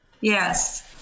Yes